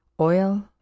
oil